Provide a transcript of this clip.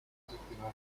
destinata